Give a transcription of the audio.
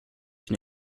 une